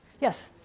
Yes